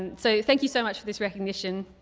and so thank you so much for the recognition.